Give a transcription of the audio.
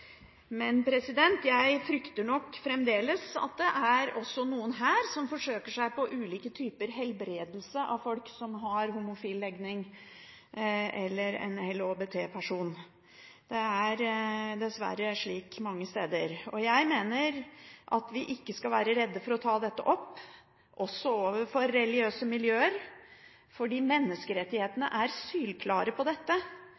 Men jeg frykter at det fremdeles er noen her som forsøker seg på ulike typer helbredelse av folk som har homofil legning eller er en LHBT-person. Det er dessverre slik mange steder. Jeg mener vi ikke skal være redde for å ta dette opp, heller ikke i religiøse miljøer, for menneskerettighetene er sylklare på dette: